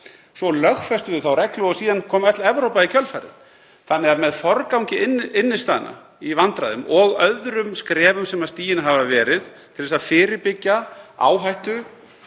Svo lögfestum við þá reglu og síðan kom öll Evrópa í kjölfarið. Með forgangi innstæðna í vandræðum og öðrum skrefum sem stigin hafa verið til að fyrirbyggja áhættu